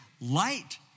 light